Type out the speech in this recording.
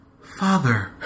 Father